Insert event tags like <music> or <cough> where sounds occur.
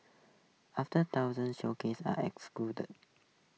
aftet thousand showcase are <unintelligible>